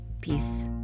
Peace